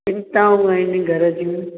चिंताऊं आहिनि घर जूं